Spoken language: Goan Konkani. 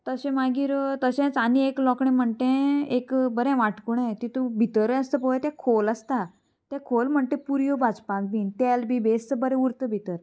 तशें मागीर तशेंच आनी एक लोकणें म्हणटा तें एक बरें वाटकुणें तितू भितर आसता पय तें खोल आसता तें खोल म्हणटा तें पुरयो भाजपाक बीन तेल बी बेस बरें उरता भितर